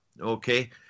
okay